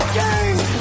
game